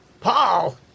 Paul